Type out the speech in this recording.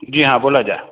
जी हाँ बोला जाए